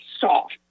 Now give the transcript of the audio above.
soft